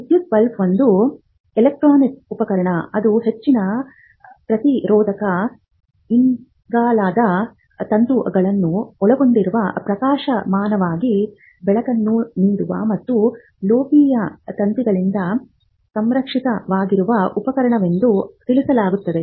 ವಿದ್ಯುತ್ ಬಲ್ಬ್ ಒಂದು ಎಲೆಕ್ಟ್ರಾನಿಕ್ ಉಪಕರಣ ಅದು ಹೆಚ್ಚಿನ ಪ್ರತಿರೋಧದ ಇಂಗಾಲದ ತಂತುಗಳನ್ನು ಒಳಗೊಂಡಿರುವ ಪ್ರಕಾಶಮಾನವಾಗಿ ಬೆಳಕನ್ನು ನೀಡುವ ಮತ್ತು ಲೋಹೀಯ ತಂತಿಗಳಿಂದ ಸಂರಕ್ಷಿತವಾಗಿರುವ ಉಪಕರಣವೆಂದು ತಿಳಿಸಲಾಗಿರುತ್ತದೆ